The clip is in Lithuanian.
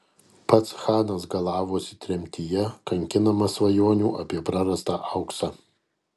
pats chanas galavosi tremtyje kankinamas svajonių apie prarastą auksą